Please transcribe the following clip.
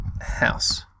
House